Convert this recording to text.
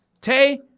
Tay